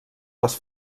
les